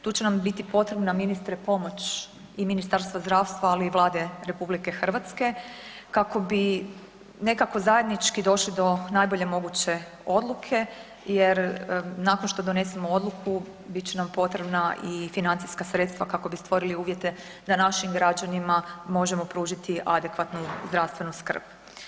Tu će nam biti potrebna ministre pomoć i Ministarstva zdravstva, ali i Vlade RH kako bi nekako zajednički došli do najbolje moguće odluke jer nakon što donesemo odluku bit će nam potrebna i financijska sredstva kako bi stvorili uvjete da našim građanima možemo pružiti adekvatnu zdravstvenu skrb.